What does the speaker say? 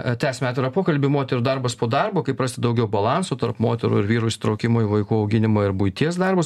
tęsiam atvirą pokalbį moterų darbas po darbo kaip rasti daugiau balanso tarp moterų ir vyrų įsitraukimo į vaikų auginimą ir buities darbus